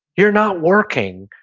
you're not working.